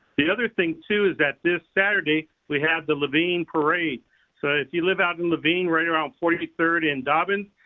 the other thing too is that this saturday we have the laveen parade so if you live out in laveen, right around forty third and dobbins,